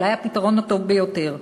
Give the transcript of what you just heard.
אולי הפתרון הטוב ביותר.